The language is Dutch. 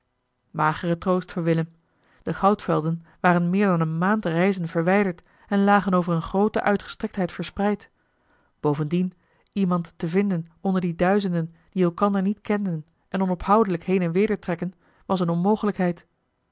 magere troost voor willem de goudvelden waren meer dan een maand reizen verwijderd en lagen over eene groote uitgestrektheid verspreid bovendien iemand te vinden onder die duizenden die elkander niet kenden en onophoudelijk heen en weder trekken was eene onmogelijkheid